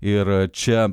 ir čia